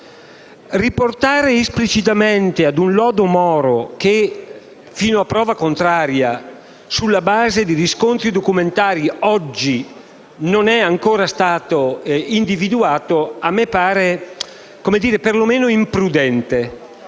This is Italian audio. Rimandare esplicitamente ad un lodo Moro che, fino a prova contraria, sulla base di riscontri documentali, oggi non è ancora stato individuato, a me pare perlomeno imprudente.